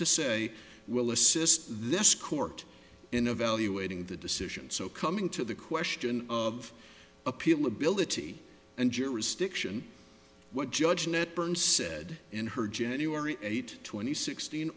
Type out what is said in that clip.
to say will assist this court in evaluating the decision so coming to the question of appeal ability and jurisdiction what judge annette burns said in her january eight twenty sixteen